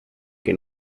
que